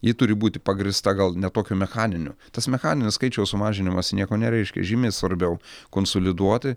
ji turi būti pagrįsta gal ne tokiu mechaniniu tas mechaninis skaičiaus sumažinimas nieko nereiškia žymiai svarbiau konsoliduoti